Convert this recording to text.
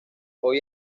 hoy